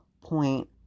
point